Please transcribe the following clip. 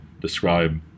describe